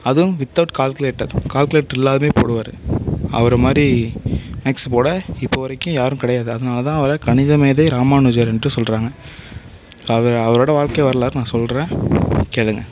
அதுவும் without calculator calculator இல்லாமையே போடுவார் அவரை மாதிரி மேக்ஸ் போட இப்போ வரைக்கும் யாரும் கிடையாது அதனால் தான் அவரை கணித மேதை ராமானுஜர் என்று சொல்கிறாங்க அவு அவரோட வாழ்க்கை வரலாறை நான் சொல்கிறேன் கேளுங்கள்